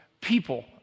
people